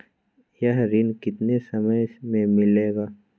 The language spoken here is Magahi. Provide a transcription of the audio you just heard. यह ऋण कितने समय मे मिलेगा?